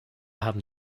haben